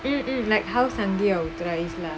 like how sunday authorised lah